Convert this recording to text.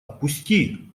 пусти